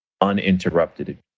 uninterrupted